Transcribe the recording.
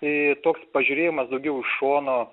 i toks pažiūrėjimas daugiau iš šono